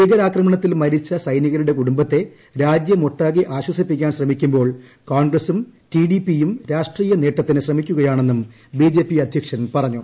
ഭീകരാക്രമണത്തിൽ മരിച്ച സൈനികരുടെ കുടുംബത്തെ രാജ്യമൊട്ടാകെ ആശ്വസിപ്പിക്കാൻ ശ്രമിക്കുമ്പോൾ കോൺഗ്രസ്സും ടിഡിപിയും രാഷ്ട്രീയ നേട്ടത്തിന് ശ്രമിക്കുകയാണെന്നും ബിജെപി അധൃക്ഷൻ പറഞ്ഞു